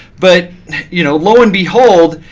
but you know lo and behold,